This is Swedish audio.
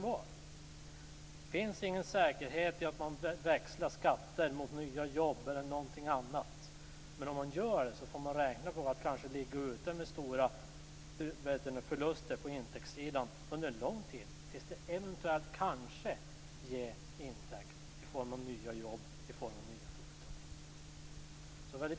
Det finns ingen säkerhet i att man växlar skatter mot nya jobb eller någonting annat. Men om man gör det så får man räkna på att kanske ligga ute med stora förluster på intäktssidan under en lång tid, tills det kanske ger en intäkt i form av nya jobb eller nya företag.